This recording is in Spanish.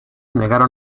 negaron